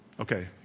Okay